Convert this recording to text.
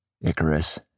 Icarus